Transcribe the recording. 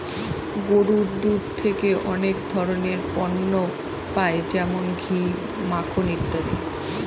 গরুর দুধ থেকে অনেক ধরনের পণ্য পাই যেমন ঘি, মাখন ইত্যাদি